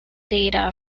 data